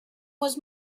was